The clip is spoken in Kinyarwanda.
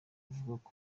kuvuga